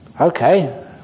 okay